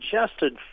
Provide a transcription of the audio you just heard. suggested